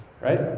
right